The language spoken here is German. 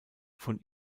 von